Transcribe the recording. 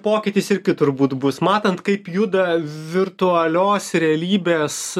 pokytis irgi turbūt bus matant kaip juda virtualios realybės